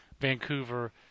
Vancouver